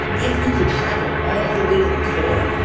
if you could travel all the way to the core,